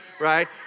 right